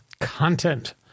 content